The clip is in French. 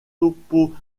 toponymie